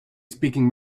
speaking